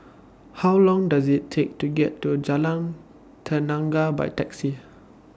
How Long Does IT Take to get to Jalan Tenaga By Taxi